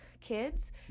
kids